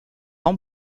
ans